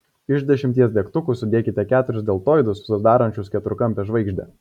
iš dešimties degtukų sudėkite keturis deltoidus sudarančius keturkampę žvaigždę